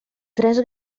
tres